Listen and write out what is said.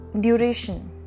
duration